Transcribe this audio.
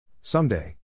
Someday